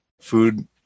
food